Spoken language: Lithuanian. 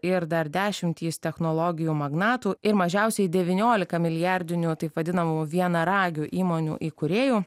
ir dar dešimtys technologijų magnatų ir mažiausiai devyniolika milijardinių taip vadinamų vienaragių įmonių įkūrėjų